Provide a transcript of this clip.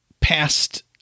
past